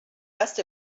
rest